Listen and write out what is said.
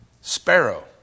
sparrow